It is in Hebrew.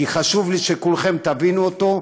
כי חשוב לי שכולכם תבינו אותו,